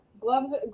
gloves